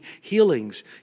healings